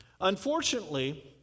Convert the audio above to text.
Unfortunately